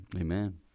Amen